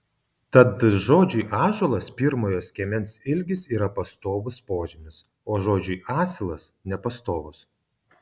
tad žodžiui ąžuolas pirmojo skiemens ilgis yra pastovus požymis o žodžiui asilas nepastovus